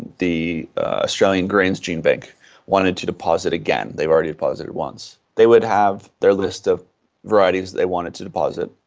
the australian grains genebank wanted to deposit again, they have already deposited once, they would have their list of varieties that they wanted to deposit,